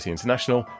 International